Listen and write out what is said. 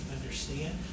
understand